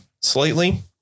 slightly